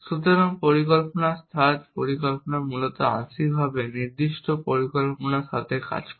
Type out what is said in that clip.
সুতরাং পরিকল্পনা স্থান পরিকল্পনা মূলত আংশিকভাবে নির্দিষ্ট পরিকল্পনার সাথে কাজ করে